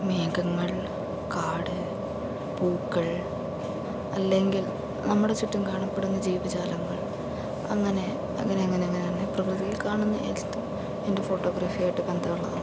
മേഘങ്ങൾ കാട് പൂക്കൾ അല്ലെങ്കിൽ നമ്മുടെ ചുറ്റും കാണപ്പെടുന്ന ജീവജാലങ്ങൾ അങ്ങനെ അങ്ങനെ അങ്ങനെ അങ്ങനെ പ്രകൃതിയിൽ കാണുന്ന എന്തും എൻ്റെ ഫോട്ടോഗ്രാഫിയുമായിട്ട് ബന്ധമുള്ളതാണ്